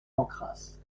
pancrace